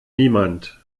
niemand